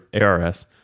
ARS